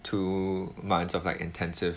two months of like intensive